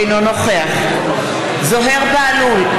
אינו נוכח זוהיר בהלול,